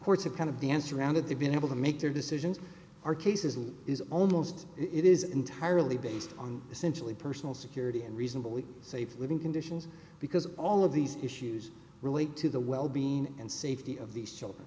courts have kind of the answer around it they've been able to make their decisions are cases is almost it is entirely based on essentially personal security and reasonably safe living conditions because all of these issues relate to the well being and safety of these children